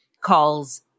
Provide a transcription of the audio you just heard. calls